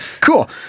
cool